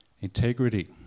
Integrity